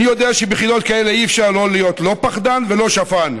אני יודע שבחילות כאלה אי-אפשר להיות לא פחדן ולא שפן.